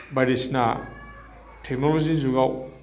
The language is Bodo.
बायदिसिना टेक्न'ल'जि जुगाव